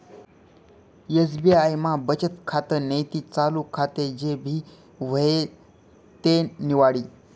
SBI मा बचत खातं नैते चालू खातं जे भी व्हयी ते निवाडा